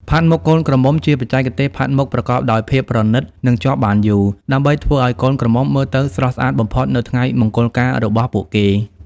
ផាត់មុខកូនក្រមុំ ជាបច្ចេកទេសផាត់មុខប្រកបដោយភាពប្រណិត និងជាប់បានយូរ ដើម្បីធ្វើឱ្យកូនក្រមុំមើលទៅស្រស់ស្អាតបំផុតនៅថ្ងៃមង្គលការរបស់ពួកគេ។